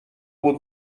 بود